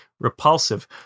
repulsive